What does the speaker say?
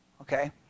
Okay